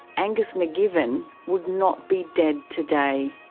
angus mcgivern would not be dead today.